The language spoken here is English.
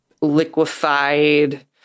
Liquefied